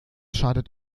schadet